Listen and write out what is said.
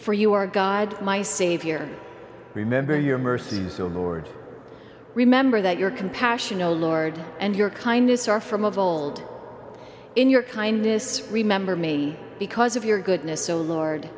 for you are god my savior remember your mercy so mord remember that your compassion o lord and your kindness are from of old in your kindness remember me because of your goodness oh lord